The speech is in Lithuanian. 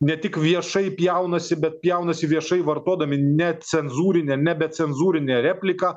ne tik viešai pjaunasi bet pjaunasi viešai vartodami necenzūrinę nebe cenzūrinę repliką